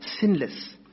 sinless